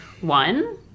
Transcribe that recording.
One